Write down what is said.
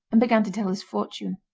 and began to tell his fortune.